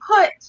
put